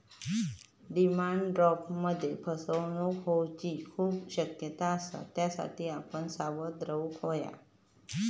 demand ड्राफ्टमध्ये फसवणूक होऊची खूप शक्यता असता, त्येच्यासाठी आपण सावध रेव्हूक हव्या